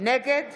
נגד